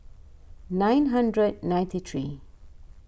nine hundred ninety three